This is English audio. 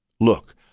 Look